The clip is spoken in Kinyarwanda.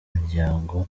imiryango